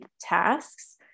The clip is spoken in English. tasks